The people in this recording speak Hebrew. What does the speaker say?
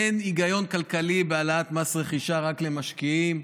אין היגיון כלכלי בהעלאת מס רכישה רק למשקיעים.